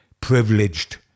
privileged